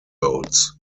boats